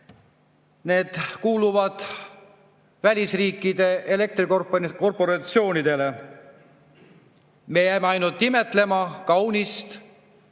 need kuuluvad välisriikide elektrikorporatsioonidele. Me jääme ainult imetlema kaunist